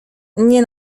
nie